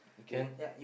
can